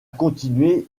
continué